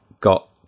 got